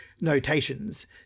notations